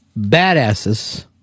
badasses